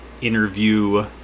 interview